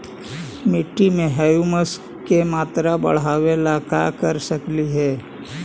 मिट्टी में ह्यूमस के मात्रा बढ़ावे ला का कर सकली हे?